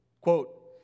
quote